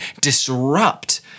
disrupt